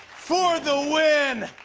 for the win!